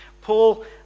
Paul